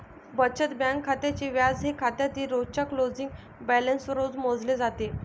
बचत बँक खात्याचे व्याज हे खात्यातील रोजच्या क्लोजिंग बॅलन्सवर रोज मोजले जाते